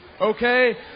Okay